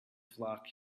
flock